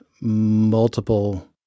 multiple